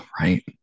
Right